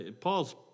Paul's